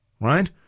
right